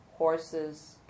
Horses